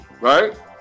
right